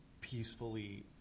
peacefully